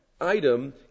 item